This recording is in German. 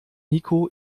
niko